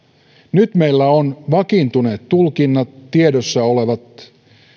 nyt meillä on vakiintuneet tulkinnat tiedossa olevat